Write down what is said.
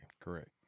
Correct